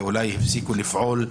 ואולי הפסיקו לפעול.